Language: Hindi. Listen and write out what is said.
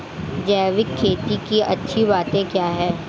जैविक खेती की अच्छी बातें क्या हैं?